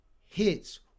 hits